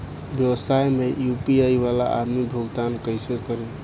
व्यवसाय में यू.पी.आई वाला आदमी भुगतान कइसे करीं?